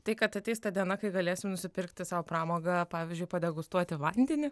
tai kad ateis ta diena kai galėsim nusipirkti sau pramogą pavyzdžiui padegustuoti vandenį